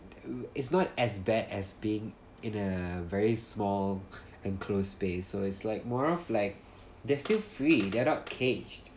it's not as bad as being in a a very small enclosed space so it's like more of like you can see and the animals just to they don't really feel like that it it's not as bad as being in they're still free they are not caged